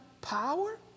power